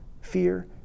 fear